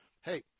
hey